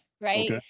right